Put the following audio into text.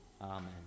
Amen